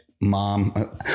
Mom